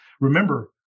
remember